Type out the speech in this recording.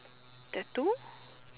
tattoo